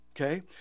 okay